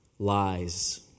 lies